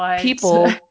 people